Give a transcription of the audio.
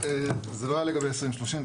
זה לא היה לגבי 2030,